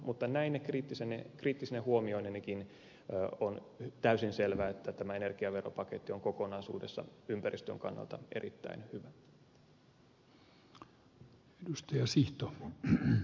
mutta näine kriittisine huomioinenikin on täysin selvää että tämä energiaveropaketti on kokonaisuudessaan ympäristön kannalta erittäin hyvä